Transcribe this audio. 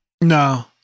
No